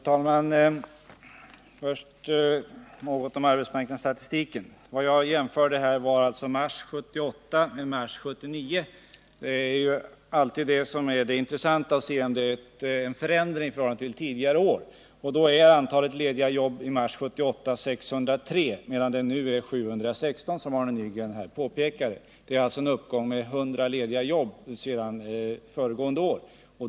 Herr talman! Först några ord om arbetsmarknadsstatistiken. Jag jämförde här mars 1978 med mars 1979. Det intressantaste är alltid att kunna konstatera om någon förändring skett i förhållande till tidigare år. Jag kom då fram till att antalet lediga jobb i mars 1978 var 603, medan det nu är 716 som Arne Nygren här påpekade. Det är alltså en uppgång med 100 lediga jobb sedan föregående år.